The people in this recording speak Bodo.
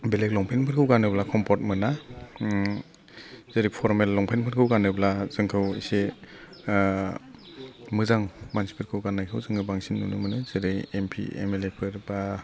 बेलेग लंपेन्टफोरखौ गानोब्ला कमपर्ट मोना जेरै फरमेल लंफेन्टफोरखौ गानोब्ला जोंखौ एसे मोजां मानसिफोरखौ गाननायखौ जोङो बांसिन नुनो मोनो जेरै M P M L A फोर बा